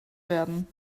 werden